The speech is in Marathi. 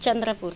चंद्रपूर